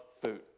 food